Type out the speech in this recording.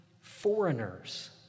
foreigners